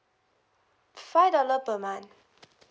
five dollar per month